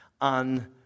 on